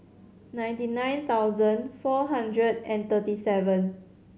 ninety nine thousand four hundred and thirty seven